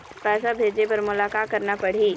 पैसा भेजे बर मोला का करना पड़ही?